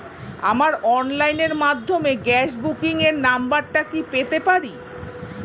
আমার অনলাইনের মাধ্যমে গ্যাস বুকিং এর নাম্বারটা কি পেতে পারি?